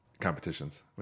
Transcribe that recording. competitions